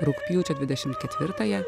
rugpjūčio dvidešimt ketvirtąją